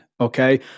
okay